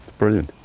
brilliant.